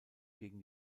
gegen